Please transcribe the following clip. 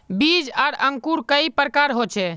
बीज आर अंकूर कई प्रकार होचे?